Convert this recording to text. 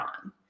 on